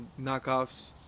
knockoffs